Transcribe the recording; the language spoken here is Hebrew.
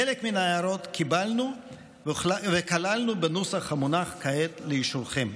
חלק מן ההערות קיבלנו וכללנו בנוסח המונח כעת לאישורכם.